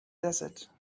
desert